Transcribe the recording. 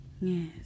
Yes